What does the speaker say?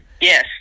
Yes